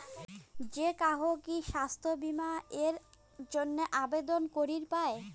যে কাহো কি স্বাস্থ্য বীমা এর জইন্যে আবেদন করিবার পায়?